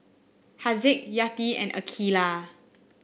Haziq Yati and Aqeelah